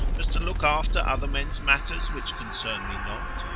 as to look after other men's matters which concern me not?